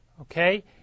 Okay